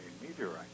meteorite